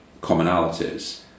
commonalities